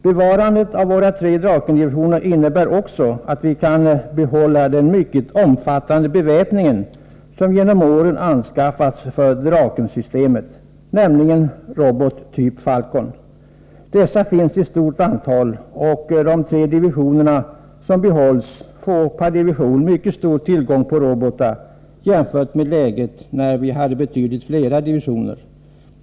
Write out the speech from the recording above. Bevarandet av våra tre Drakendivisioner innebär också att vi kan behålla den mycket omfattande beväpning som genom åren anskaffats för Drakensystemet, nämligen robotar typ Falcon. Dessa finns i stort antal, och de tre divisionerna som behålls får per division mycket god tillgång på robotar jämfört med läget när vi hade betydligt fler divisioner.